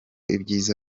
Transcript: ibyiza